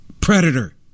Predator